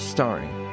Starring